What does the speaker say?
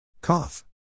Cough